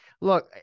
look